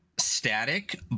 static